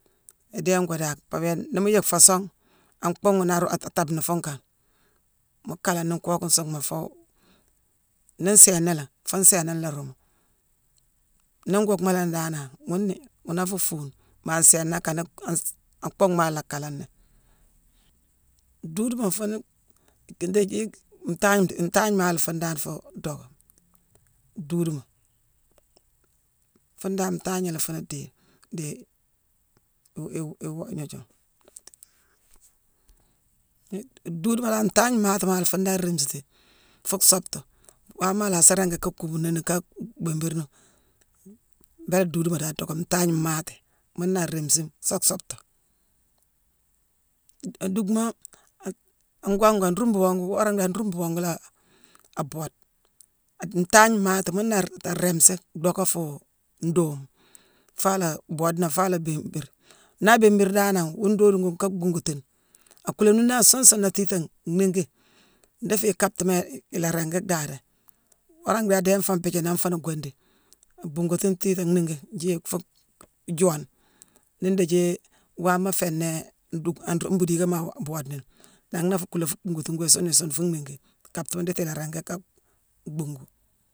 Idéé ngoo daakh. Pabia nii mu yick foo song, an bhuungh ghune na roo-taape ni fuunkane mu kaala ni nkookh nsuunghma foo-nii nsééna léé, foo nsééna nlaa ruumu. Nii nkuuckma la ni danane ghune na afuu fuune. Ma nsééna nkane-an- an bhuungh ma la akaalani. Duuduma fune-ki-ndiji-ntangne-ntanghne maala fune dan fuu docka, duuduma. Fune dan ntangna la fune dééme dii-iwoo- iwoo- iwoo- gnoojuma-nii duuduma dan tangne mmaatima la dan rémesitime fuu soobetu waama ala ringi ka kuubuni ni ka bhiimbiir ni. Mbéélé duuduma dan docka. Ntangne mmaati, muuna arémesime sa soobetu. A- a- duckma-a- a- an gongu, an rumbu wongu, wora ndéé an rumbu wongu la boode. A-ntangne mmaatima muuna a- arémesime docka fuu nduuma foo la boode nangh, foo bhiimbir. Na abhiimbir danane, wune doodune ghune ka bhuunkatune: akuula nime ni a suun sune tiitaane nniigi ndiiti fii ikaattima ala ringi dhaadé. Wora ndhééne adééne fangh béjéé nangh fooni gwandi. Abuungatune tiitane nhiinki-jééck-fuu joone. Nii ndééthi waama féénii-duck-an rumbu diigama aa boodeni ni, nangh na afu kuuléé fuu bhungatune goo isuune sune fuu nhiingi, ikaattima ndiiti ila ringi ka bhungu.